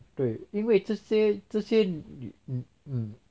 对因为这些这些 mm mm